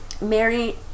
Mary